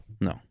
No